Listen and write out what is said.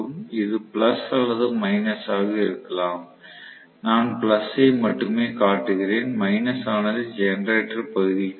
இது பிளஸ் அல்லது மைனஸ் ஆக இருக்கலாம் நான் பிளஸ் ஐ மட்டுமே காட்டுகிறேன் மைனஸ் ஆனது ஜெனரேட்டர் பகுதிக்கு வரும்